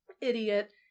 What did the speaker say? idiot